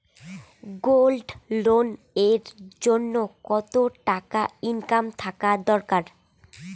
Gold loan এর জইন্যে কতো টাকা ইনকাম থাকা দরকার?